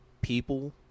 people